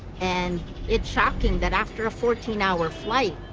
and it's shocking that after a fourteen hour flight,